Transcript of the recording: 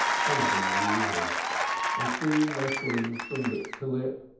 some of the men knew him and soon there flew from lip to lip,